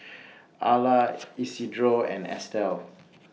Arla Isidro and Estel